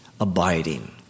abiding